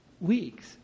weeks